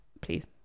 Please